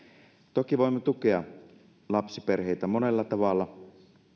toki voimme tukea lapsiperheitä monella tavalla